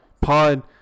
pod